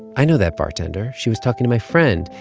i know that bartender. she was talking to my friend.